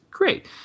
Great